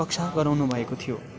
कक्षा गराउनुभएको थियो